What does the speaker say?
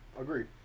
agreed